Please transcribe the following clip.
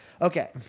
okay